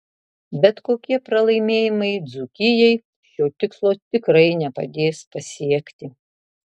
bet tokie pralaimėjimai dzūkijai šio tikslo tikrai nepadės pasiekti